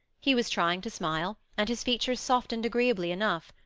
he was trying to smile, and his features softened agreeably enough.